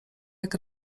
jak